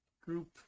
group